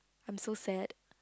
I'm so sad